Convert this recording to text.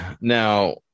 now